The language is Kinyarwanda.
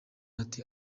ati